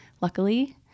luckily